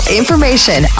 information